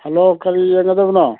hello ꯀꯔꯤ ꯌꯦꯡꯒꯗꯕꯅꯣ